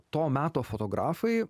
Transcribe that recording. to meto fotografai